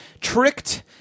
tricked